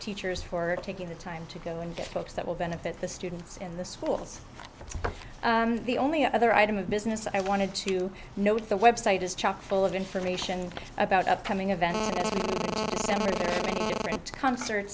teachers for taking the time to go and get books that will benefit the students in the schools the only other item of business i wanted to know with the website is chock full of information about upcoming events concerts